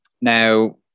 Now